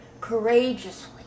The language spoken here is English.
courageously